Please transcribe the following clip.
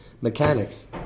mechanics